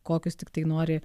kokius tiktai nori